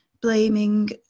Blaming